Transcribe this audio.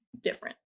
different